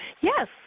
Yes